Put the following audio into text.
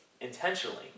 intentionally